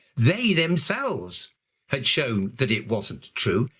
they themselves had shown that it wasn't true.